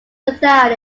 without